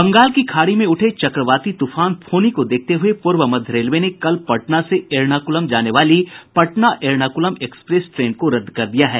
बंगाल की खाड़ी से उठे चक्रवाती तूफान फोनी को देखते हुए पूर्व मध्य रेलवे ने कल पटना से एर्णाकुलम जाने वाली पटना एर्णाकुलम एक्सप्रेस ट्रेन को रद्द कर दिया है